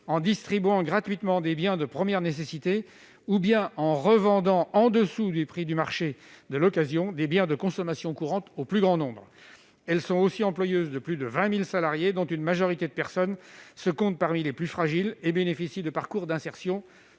en distribuant gratuitement des biens de première nécessité, ou bien en revendant en deçà des prix du marché de l'occasion des biens de consommation courante au plus grand nombre. Elles emploient également plus de 20 000 salariés, dont une majorité comptent parmi les plus fragiles et bénéficient de parcours d'insertion